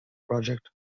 project